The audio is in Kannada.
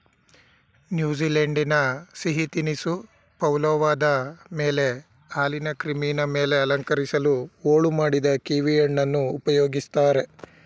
ನ್ಯೂಜಿಲೆಂಡಿನ ಸಿಹಿ ತಿನಿಸು ಪವ್ಲೋವದ ಮೇಲೆ ಹಾಲಿನ ಕ್ರೀಮಿನ ಮೇಲೆ ಅಲಂಕರಿಸಲು ಹೋಳು ಮಾಡಿದ ಕೀವಿಹಣ್ಣನ್ನು ಉಪಯೋಗಿಸ್ತಾರೆ